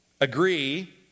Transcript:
agree